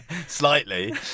slightly